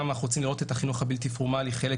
אנחנו רוצים לראות את החינוך הבלתי פורמלי חלק